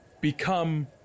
become